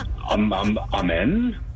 Amen